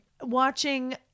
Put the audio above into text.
watching